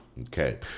Okay